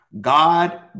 God